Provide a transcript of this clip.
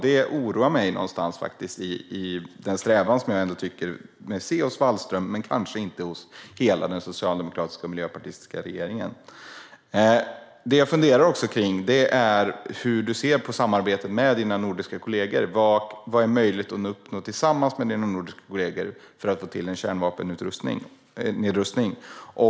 Detta oroar mig angående den strävan som jag tycker mig se hos Wallström men kanske inte hos hela den socialdemokratiska och miljöpartistiska regeringen. Det jag funderar på är hur utrikesministern ser på samarbetet med de nordiska kollegorna. Vad är möjligt att uppnå tillsammans med utrikesministerns nordiska kollegor för att få till en kärnvapennedrustning?